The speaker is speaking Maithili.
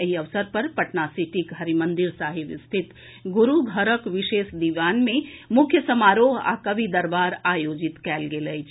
एहि अवसर पर पटनासिटीक हरिमंदिर साहिब स्थित गुरू घरक विशेष दीवान मे मुख्य समारोह आ कवि दरबार आयोजित कयल गेल अछि